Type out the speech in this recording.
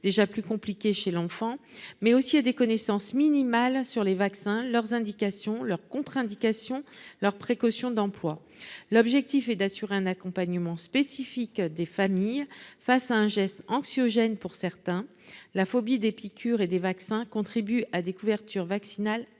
déjà plus compliqué chez l'enfant, mais aussi à des connaissances minimales sur les vaccins leur indication leur contre indication leurs précautions d'emploi, l'objectif est d'assurer un accompagnement spécifique des familles face à un geste anxiogène pour certains la phobie des piqûres et des vaccins contribue à des couverture vaccinale